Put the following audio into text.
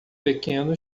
pequeno